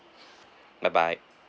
bye bye